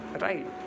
Right